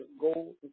go